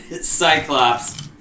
Cyclops